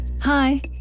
Hi